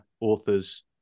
author's